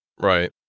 Right